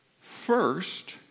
First